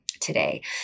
today